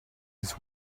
his